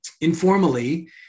informally